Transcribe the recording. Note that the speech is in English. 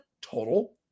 total